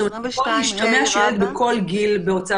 זאת אומרת מפה משתמע שילד בכל גיל בהוצאה